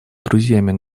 друзьями